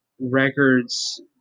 records